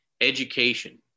education